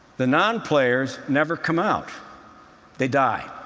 the non-players never come out they die.